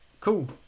cool